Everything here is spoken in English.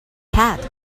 head